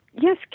Yes